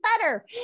better